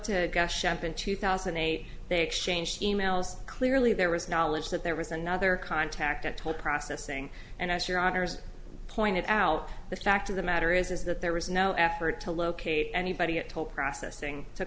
in two thousand and eight they exchanged emails clearly there was knowledge that there was another contact i told processing and as your honour's pointed out the fact of the matter is that there was no effort to locate anybody at top processing to